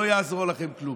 לא יעזור לכם כלום.